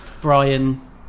Brian